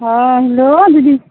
हँ हेलो दीदी